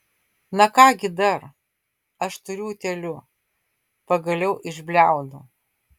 na ką gi dar aš turiu utėlių pagaliau išbliaunu